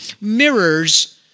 mirrors